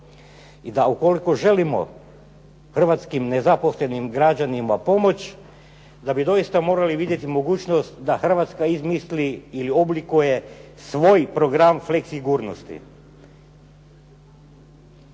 I da ukoliko želimo hrvatskim nezaposlenim građanima pomoći, da bi doista morali vidjeli mogućnost da Hrvatska izmisli ili oblikuje svoj program fleksigurnosti.